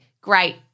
great